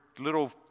little